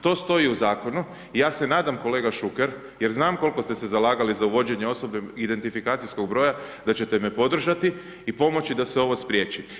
To stoji u zakonu i ja se nadam, kolega Đuker jer znam koliko ste se zalagali za uvođenjem osobnog identifikacijskog broja, da ćete me podržati i pomoći da se ovo spriječi.